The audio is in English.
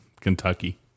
Kentucky